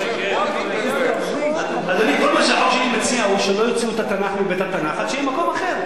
אז אולי נצביע במועד מאוחר יותר.